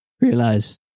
realize